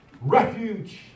refuge